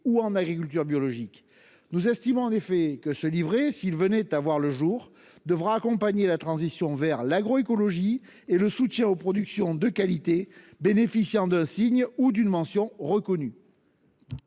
ou en agriculture biologique. Nous estimons en effet que se livrer, s'il venait à voir le jour devra accompagner la transition vers l'agro-écologie et le soutien aux productions de qualité bénéficiant de signe ou d'une mention reconnu.